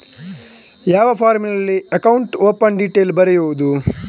ಯಾವ ಫಾರ್ಮಿನಲ್ಲಿ account open detail ಬರೆಯುವುದು?